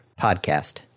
podcast